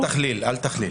אל תכליל, אל תכליל.